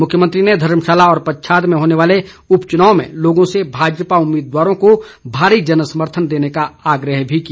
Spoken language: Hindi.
मुख्यमंत्री ने धर्मशाला और पच्छाद में होने वाले उपचुनाव में लोगों से भाजपा उम्मीदवारों को भारी जनसमर्थन देने का आग्रह भी किया